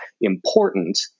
important